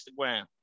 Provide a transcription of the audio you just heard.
Instagram